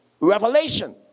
revelation